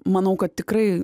manau kad tikrai